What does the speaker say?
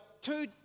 two